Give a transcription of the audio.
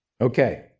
Okay